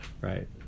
right